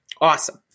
Awesome